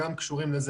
לזה.